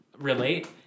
relate